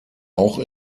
auch